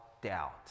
doubt